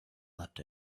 left